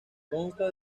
consta